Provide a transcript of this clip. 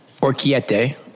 orchiette